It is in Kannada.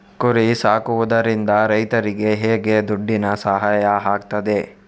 ಕುರಿ ಸಾಕುವುದರಿಂದ ರೈತರಿಗೆ ಹೇಗೆ ದುಡ್ಡಿನ ಸಹಾಯ ಆಗ್ತದೆ?